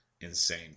insane